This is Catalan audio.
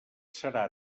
serà